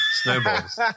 snowballs